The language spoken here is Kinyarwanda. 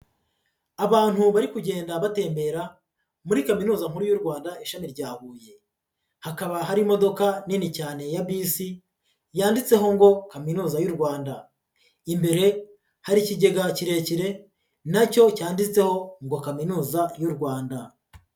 Abantu bari kugenda batembera muri kaminuza nkuru y'u Rwanda ishami rya Huye. Hakaba hari imodoka nini cyane ya bisi, yanditseho ngo kaminuza y'u Rwanda. Imbere, hari ikigega kirekire na cyo cyanditseho ngo kaminuza y'u Rwanda.